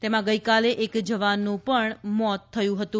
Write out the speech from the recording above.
તેમાં ગઇકાલે એક જવાનનું પણ મોત થયું હતું